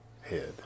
head